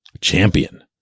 Champion